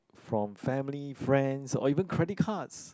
from family friends or even credit cards